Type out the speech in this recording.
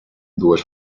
dues